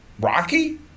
Rocky